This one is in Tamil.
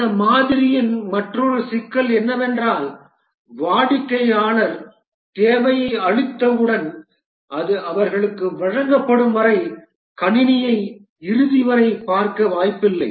இந்த மாதிரியின் மற்றொரு சிக்கல் என்னவென்றால் வாடிக்கையாளர் தேவையை அளித்தவுடன் அது அவர்களுக்கு வழங்கப்படும் வரை கணினியை இறுதிவரை பார்க்க வாய்ப்பில்லை